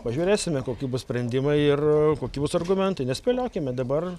pažiūrėsime kokie bus sprendimai ir kokie bus argumentai nespėliokime dabar